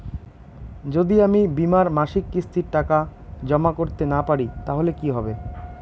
যদি আমি বীমার মাসিক কিস্তির টাকা জমা করতে না পারি তাহলে কি হবে?